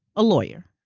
a lawyer,